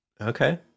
okay